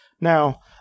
Now